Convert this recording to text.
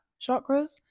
chakras